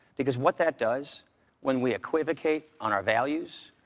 because what that does when we equivocate on our values,